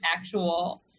actual